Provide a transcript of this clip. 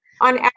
On